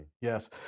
Yes